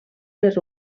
les